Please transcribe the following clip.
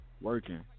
Working